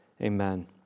Amen